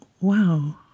wow